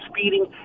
speeding